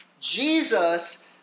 Jesus